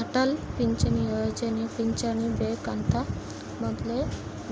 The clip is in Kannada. ಅಟಲ್ ಪಿಂಚಣಿ ಯೋಜನೆ ಪಿಂಚಣಿ ಬೆಕ್ ಅಂತ ಮೊದ್ಲೇ